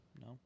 No